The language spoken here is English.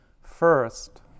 First